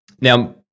Now